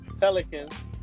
Pelicans